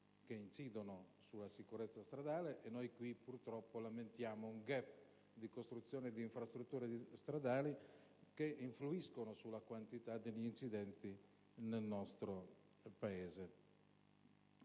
che incidono sulla sicurezza stradale: noi purtroppo lamentiamo un *gap* nella costruzione di infrastrutture stradali che influisce sulla quantità di incidenti nel nostro Paese.